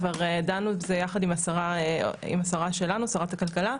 כבר דנו יחד עם השרה שלנו, שרת הכלכלה,